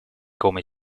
come